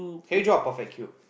can you draw a perfect cube